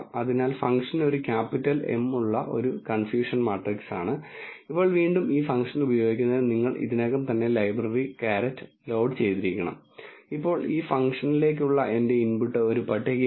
അതിനാൽ ഫംഗ്ഷൻ ഒരു capital M ഉള്ള ഒരു കൺഫ്യൂഷൻ മാട്രിക്സാണ് ഇപ്പോൾ വീണ്ടും ഈ ഫംഗ്ഷൻ ഉപയോഗിക്കുന്നതിന് നിങ്ങൾ ഇതിനകം തന്നെ library caret ലോഡ് ചെയ്തിരിക്കണം ഇപ്പോൾ ഈ ഫംഗ്ഷനിലേക്കുള്ള എന്റെ ഇൻപുട്ട് ഒരു പട്ടികയാണ്